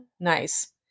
nice